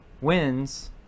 wins